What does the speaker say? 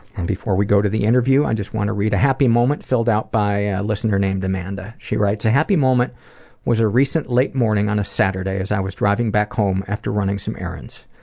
and before we go to the interview i just want to read a happy moment filled out by a listener named amanda. she writes, a happy moment was a recent late morning on a saturday as i was driving back home after running some errands.